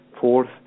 Fourth